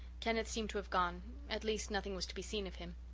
kenneth seemed to have gone at least nothing was to be seen of him.